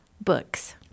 books